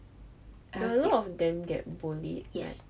there are a lot of them get bullied like